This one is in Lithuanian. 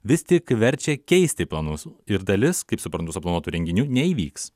vis tik verčia keisti planus ir dalis kaip suprantu suplanuotų renginių neįvyks